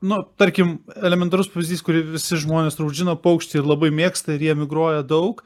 nu tarkim elementarus pavyzdys kurį visi žmonės turbūt žino paukščiai labai mėgsta ir jie emigruoja daug